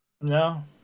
No